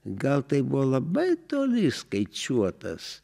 gal tai buvo labai toli skaičiuotas